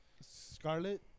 Scarlet